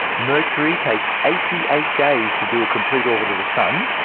mercury takes eighty eight days to do a complete orbit of the sun,